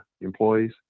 employees